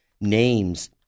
names